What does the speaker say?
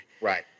Right